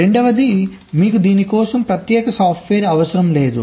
రెండవది మీకు దీని కోసం ప్రత్యేక సాఫ్ట్వేర్గా అవసరం లేదు